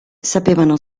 sapevano